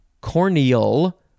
Corneal